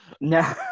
No